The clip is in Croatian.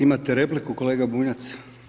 Imate repliku kolega Bunjac?